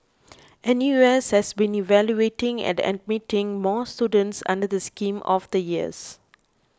N U S has been evaluating and admitting more students under the scheme over the years